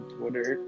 Twitter